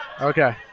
Okay